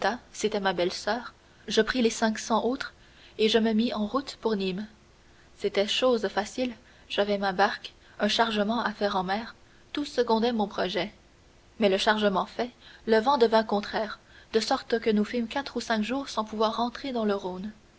c'était ma belle-soeur je pris les cinq cents autres et je me mis en route pour nîmes c'était chose facile j'avais ma barque un chargement à faire en mer tout secondait mon projet mais le chargement fait le vent devint contraire de sorte que nous fûmes quatre ou cinq jours sans pouvoir entrer dans le rhône